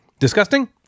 Disgusting